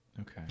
Okay